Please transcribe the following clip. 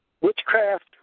witchcraft